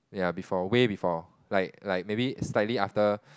ya before way before like like maybe slightly after